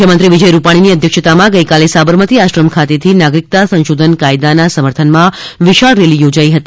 મુખ્યમંત્રી વિજય રૂપાણીની અધ્યક્ષતામાં ગઇકાલે સાબરમતી આશ્રમ ખાતેથી નાગરિકતા સંશોધન કાયદાના સમર્થનમાં વિશાળ રેલી યોજાઇ હતી